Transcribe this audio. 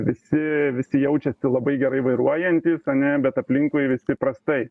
visi visi jaučiasi labai gerai vairuojantys ane bet aplinkui visi prastai